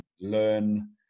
learn